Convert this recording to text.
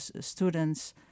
student's